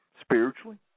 spiritually